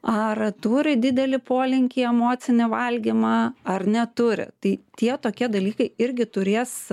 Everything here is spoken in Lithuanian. ar turi didelį polinkį į emocinį valgymą ar neturi tai tie tokie dalykai irgi turės